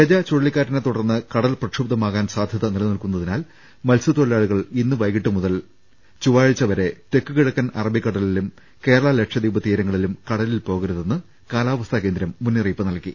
ഗജ ചുഴലിക്കാറ്റിനെ തുടർന്ന് കടൽ പ്രക്ഷുബ്ധമാകാൻ സാധ്യത നില നിൽക്കുന്നതിനാൽ മത്സ്യത്തൊഴിലാളികൾ ഇന്ന് വൈകിട്ട് മുതൽ ചൊവ്വാഴ്ച വരെ തെക്കുകിഴക്കൻ അറബിക്കടലിലും കേരള ലക്ഷദ്വീപ് തീരങ്ങളിലും കട ലിൽ പോകരുതെന്ന് കാലാവസ്ഥാകേന്ദ്രം മുന്നറിയിപ്പ് നൽകി